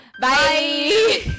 Bye